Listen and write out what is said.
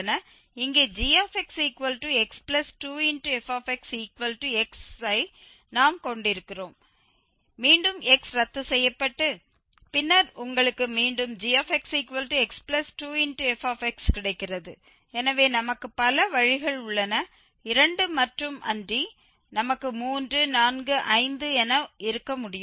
இங்கே gxx2fxx வை நாம் கொண்டிருக்கிறோம் மீண்டும் x ரத்து செய்யப்பட்டு பின்னர் உங்களுக்கு மீண்டும் gxx2fx கிடைக்கிறது எனவே நமக்கு பல வழிகள் உள்ளன 2 மட்டும் அன்றி நமக்கு 3 4 5 என இருக்க முடியும்